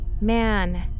Man